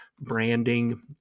branding